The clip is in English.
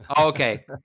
Okay